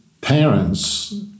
parents